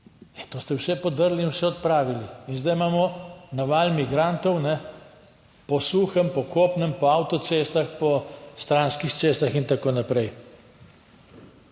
To ste vse podrli in vse odpravili in zdaj imamo na val migrantov po suhem, po kopnem, po avtocestah, po stranskih cestah in tako naprej.